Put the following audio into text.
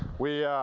we, ah,